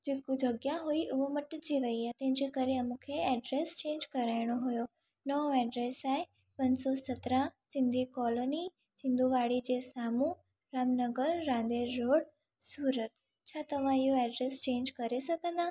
जेको जॻह हुई हूअ मटिजी वई आहे इनजे करे ऐ मूंखे एड्रेस चेंज कराइणो हुयो नओ एड्रेस आहे पन सौ सत्रहं सिंधी कॉलोनी सिंधू वाड़ी जे साम्हूं रामनगर रांधेर रोड सूरत छा तव्हां इहो एड्रेस चेंज करे सघंदा